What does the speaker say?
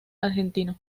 argentino